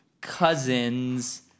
cousin's